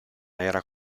era